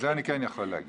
את זה אני כן יכול להגיד.